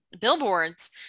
billboards